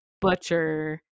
butcher